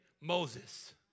Moses